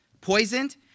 poisoned